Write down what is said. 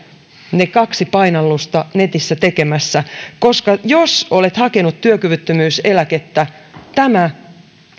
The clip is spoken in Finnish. ne kaksi painallusta netissä tekemässä koska jos olet hakenut työkyvyttömyyseläkettä tämä